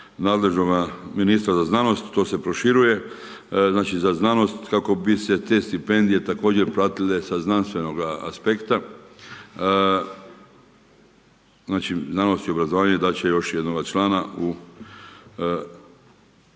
nadležnog ministra za znanost, to se proširuje, znači za znanost kako bi se te stipendije također pratile sa znanstvenoga aspekta, znači znanost i obrazovanje dat će još jednoga člana u